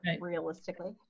realistically